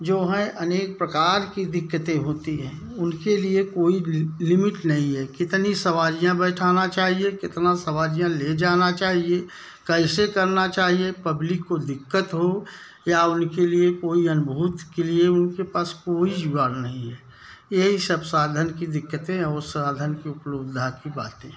जो हैं अनेंक प्रकार की दिक्कतें होती हैं उनके लिए कोई ली लिमिट नहीं हैं कितनी सवारियाँ बैठाना चाहिए कितना सवारियाँ ले जाना चाहिए कैसे करना चाहिए पब्लिक को दिक्कत हो या उनके लिए कोई अनुभूत के लिए उनके पास कोई जुगाड़ नहीं हैं यही सब साधन की दिक्कतें ओ साधन की उपलब्धता की बातें